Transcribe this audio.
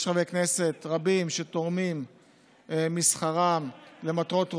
יש חברי כנסת רבים שתורמים משכרם למטרות ראויות.